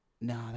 No